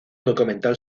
documental